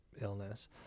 illness